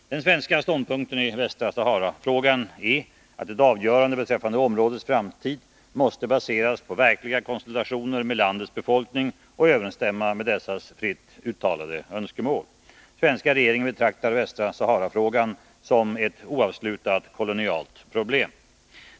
Den svenska ståndpunkten i Västra Sahara-frågan är att ett avgörande beträffande områdets framtid måste baseras på verkliga konsultationer med landets befolkning och överensstämma med dess fritt uttalade önskemål. Svenska regeringen betraktar Västra Sahara-frågan som ett oavslutat kolonialt problem.